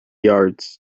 yards